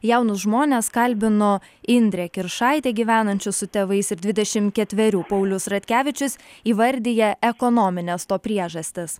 jaunus žmones kalbino indrė kiršaitė gyvenančius su tėvais ir dvidešim ketverių paulius ratkevičius įvardija ekonomines to priežastis